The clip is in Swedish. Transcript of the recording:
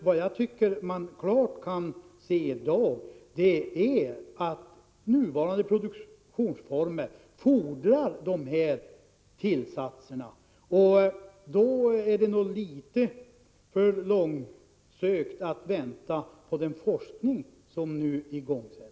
Vad jag tycker att man i dag klart kan se är att de nuvarande produktionsformerna fordrar användning av dessa tillsatser. Då är det litet för långsökt att vänta på den forskning som nu igångsätts.